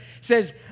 says